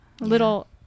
little